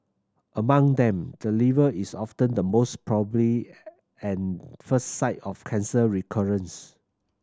among them the liver is often the most probably and first site of cancer recurrence